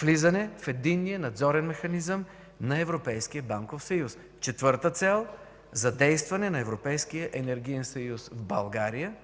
влизане в единния надзорен механизъм на Европейския банков съюз. Четвърта цел – задействане на Европейския енергиен съюз в България